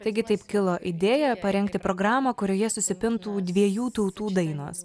taigi taip kilo idėja parengti programą kurioje susipintų dviejų tautų dainos